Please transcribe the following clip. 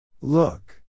look